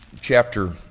chapter